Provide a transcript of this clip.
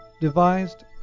devised